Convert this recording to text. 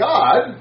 God